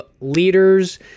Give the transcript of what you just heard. leaders